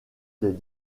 des